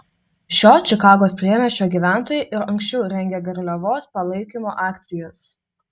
šio čikagos priemiesčio gyventojai ir anksčiau rengė garliavos palaikymo akcijas